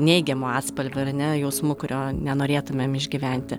neigiamu atspalviu ar ne jausmu kurio nenorėtumėm išgyventi